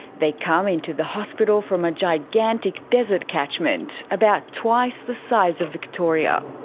they come into the hospital from a gigantic desert catchment, about twice the size of victoria.